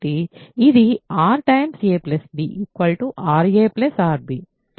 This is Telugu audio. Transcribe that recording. ఇది r a b r arb